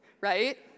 right